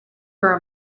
for